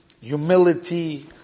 humility